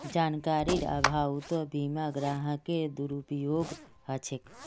जानकारीर अभाउतो बीमा ग्राहकेर दुरुपयोग ह छेक